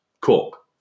cook